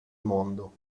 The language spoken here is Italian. mondo